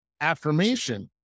affirmation